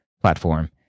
platform